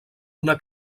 una